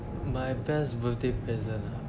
my best birthday present ah